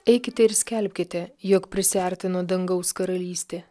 eikite ir skelbkite jog prisiartino dangaus karalystė